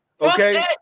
Okay